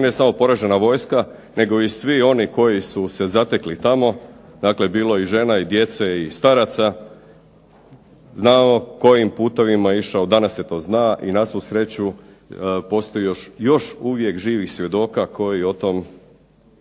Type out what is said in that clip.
ne samo poražena vojska nego i svi oni koji su se zatekli tamo, dakle bilo je i žena i djece i staraca znao kojim putovima je išao, danas se to zna i na svu sreću postoji još uvijek živih svjedoka koji o tom